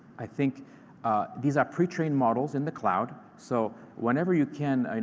i think these are pre-trained models in the cloud. so whenever you can, i mean